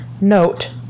Note